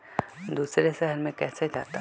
दूसरे शहर मे कैसे जाता?